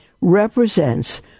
represents